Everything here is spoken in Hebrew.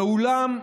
ואולם,